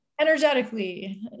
energetically